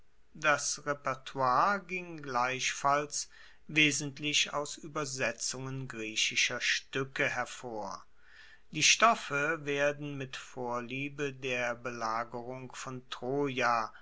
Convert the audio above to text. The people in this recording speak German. das repertoire ging gleichfalls wesentlich aus uebersetzungen griechischer stuecke hervor die stoffe werden mit vorliebe der belagerung von troja